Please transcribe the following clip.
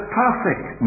perfect